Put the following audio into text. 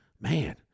man